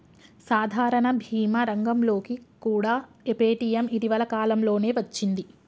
సాధారణ భీమా రంగంలోకి కూడా పేటీఎం ఇటీవల కాలంలోనే వచ్చింది